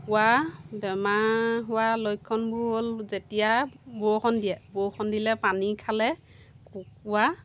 কুকুৰা বেমাৰ হোৱা লক্ষণবোৰ হ'ল যেতিয়া বৰষুণ দিয়ে বৰষুণ দিলে পানী খালে কুকুৰা